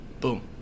Boom